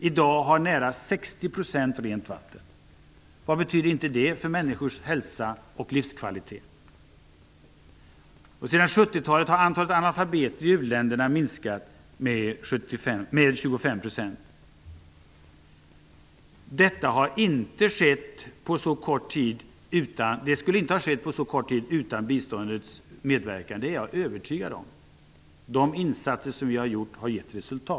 I dag har nära 60 % rent vatten. Vad betyder inte det för människors hälsa och livskvalité? Sedan 70-talet har antalet analfabeter i u-länderna minskat med Jag är övertygad om att detta inte skulle ha skett på så kort tid utan biståndets medverkan. De insatser som vi har gjort har gett resultat.